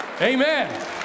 Amen